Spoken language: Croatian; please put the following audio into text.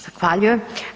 Zahvaljujem.